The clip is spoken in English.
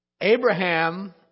Abraham